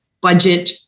budget